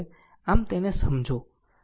આમ તેને સમજો